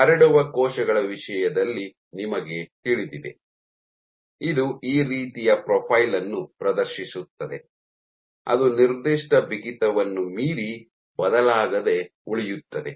ಹರಡುವ ಕೋಶಗಳ ವಿಷಯದಲ್ಲಿ ನಿಮಗೆ ತಿಳಿದಿದೆ ಇದು ಈ ರೀತಿಯ ಪ್ರೊಫೈಲ್ ಅನ್ನು ಪ್ರದರ್ಶಿಸುತ್ತದೆ ಅದು ನಿರ್ದಿಷ್ಟ ಬಿಗಿತವನ್ನು ಮೀರಿ ಬದಲಾಗದೆ ಉಳಿಯುತ್ತದೆ